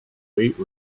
weight